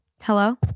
Hello